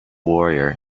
warrior